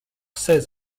seize